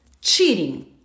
cheating